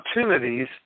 opportunities